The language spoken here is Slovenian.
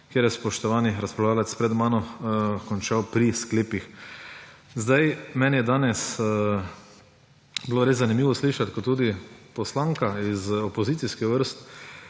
kjer je spoštovani razpravljavec pred mano končal pri sklepih. Meni je danes bilo res zanimivo slišati, ko je tudi poslanka iz opozicijskih vrst,